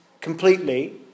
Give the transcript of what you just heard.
completely